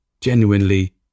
genuinely